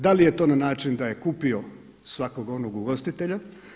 Da li je je to na način da je kupio svakog onog ugostitelja?